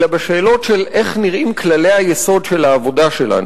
אלא בשאלות של איך נראים כללי היסוד של העבודה שלנו.